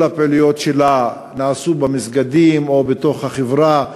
כל הפעילויות שלה נעשו במסגדים או בתוך החברה,